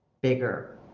bigger